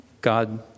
God